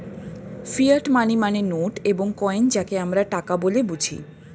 fiat money মানে note এবং coin যাকে আমরা টাকা বলে বুঝি